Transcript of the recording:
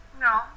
No